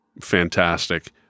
fantastic